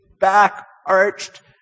back-arched